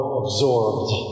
absorbed